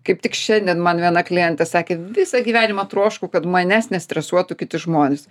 kaip tik šiandien man viena klientė sakė visą gyvenimą troškau kad manęs nestresuotų kiti žmonės